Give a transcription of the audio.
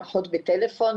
הנחות בטלפון,